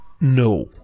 No